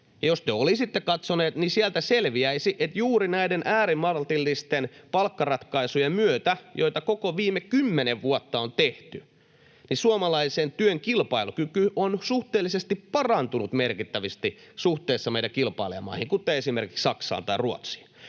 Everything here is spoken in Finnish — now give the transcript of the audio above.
Jos te olisitte katsoneet, niin sieltä selviäisi, että juuri näiden äärimaltillisten palkkaratkaisujen myötä, joita koko viime 10 vuotta on tehty, suomalaisen työn kilpailukyky on suhteellisesti parantunut merkittävästi suhteessa meidän kilpailijamaihimme, kuten esimerkiksi Saksaan tai Ruotsiin.